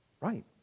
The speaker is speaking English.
Right